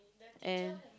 and